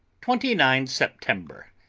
twenty nine september,